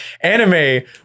Anime